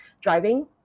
driving